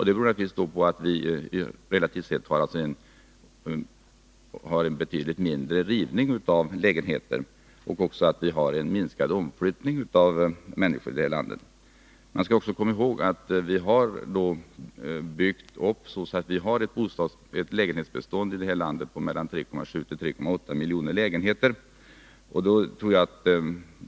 Det beror naturligtvis på att vi relativt sett har en betydligt mindre rivning av lägenheter och också en minskad omflyttning av människor i det här landet. Man skall också komma ihåg att vi har byggt upp ett lägenhetsbestånd i landet på mellan 3,7 och 3,8 miljoner lägenheter.